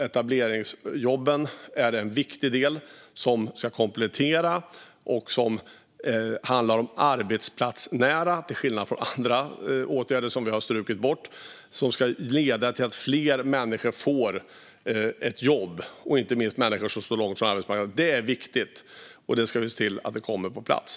Etableringsjobben är en viktig kompletterande del. Till skillnad från andra åtgärder, som vi har strukit bort, är etableringsjobben arbetsplatsnära. De ska leda till att fler människor får jobb, inte minst människor som står långt från arbetsmarknaden. Det är viktigt. Vi ska se till att de kommer på plats.